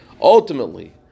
Ultimately